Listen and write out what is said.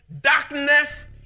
darkness